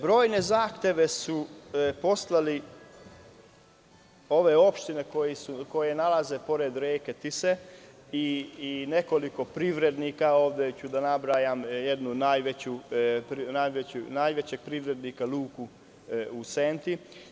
Brojne zahteve su poslale ove opštine koje se nalaze pored reke Tise i nekoliko privrednika, ovde ću da nabrojim jednog od najvećih privrednika luku u Senti.